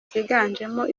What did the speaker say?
ziganjemo